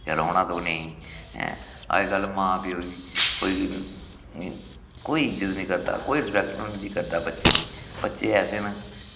जां रौह्ना तू नेईं हैं अजकल्ल मां प्यो दी कोई कोई इज्जत निं करदा कोई रिस्पैक्ट निं उं'दी करदा बच्चें दी बच्चे ऐसे न कि